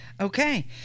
Okay